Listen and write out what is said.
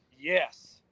Yes